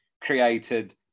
created